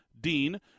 Dean